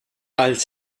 als